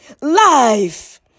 Life